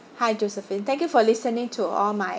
hi josephine thank you for listening to all my